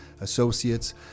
Associates